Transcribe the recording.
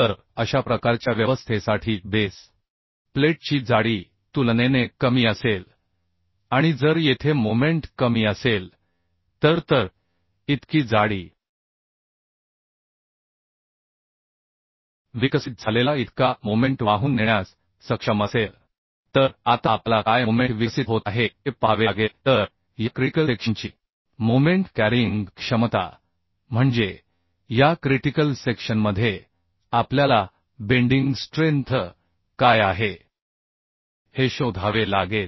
तर अशा प्रकारच्या व्यवस्थेसाठी बेस प्लेटची जाडी तुलनेने कमी असेल आणि जर येथे मोमेंट कमी असेल तर इतकी जाडी विकसित झालेला इतका मोमेंट वाहून नेण्यास सक्षम असेल तर आता आपल्याला काय मोमेंट विकसित होत आहे ते पाहावे लागेल तर या क्रिटिकल सेक्शनची मोमेंट कॅरींग क्षमता म्हणजे या क्रिटिकल सेक्शनमध्ये आपल्याला बेंडिंग स्ट्रेंथ काय आहे हे शोधावे लागेल